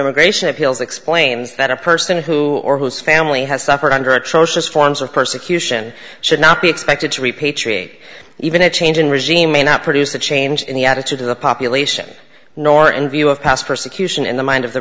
immigration appeals explains that a person who or whose family has suffered under atrocious forms of persecution should not be expected to repatriate even a change in regime may not produce a change in the attitude of the population nor in view of past persecution in the mind of the